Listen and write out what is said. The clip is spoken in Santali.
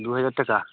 ᱫᱩᱦᱟᱡᱟᱨ ᱴᱟᱠᱟ